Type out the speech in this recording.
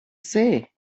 say